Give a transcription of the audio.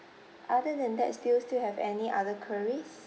other than that still still have any other queries